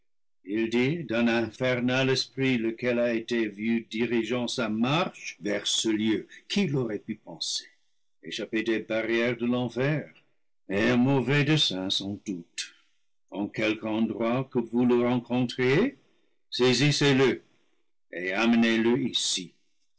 dit d'un infernal esprit lequel a été vu dirigeant sa marche vers ce lieu qui l'aurait pu penser échappé des barrières de l'enfer et à mauvais dessein sans doute en quelque endroit que vous le rencontriez saisissez le et amenez-le ici